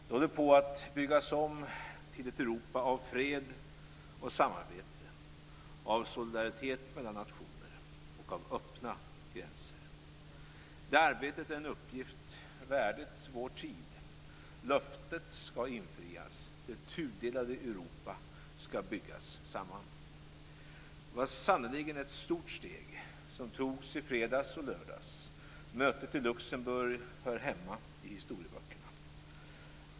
Det håller på att byggas om till ett Europa av fred och samarbete, av solidaritet mellan nationer och av öppna gränser. Det arbetet är en uppgift värdig vår tid. Löftet skall infrias; det tudelade Europa skall byggas samman. Det var sannerligen ett stort steg som togs i fredags och lördags. Mötet i Luxemburg hör hemma i historieböckerna.